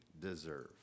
deserve